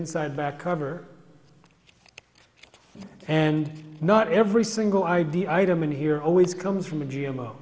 inside back cover and not every single idea item in here always comes from a g m o